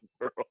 world